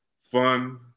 fun